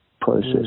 process